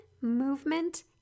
movement